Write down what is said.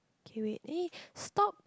K wait eh stop